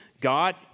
God